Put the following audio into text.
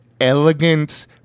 elegant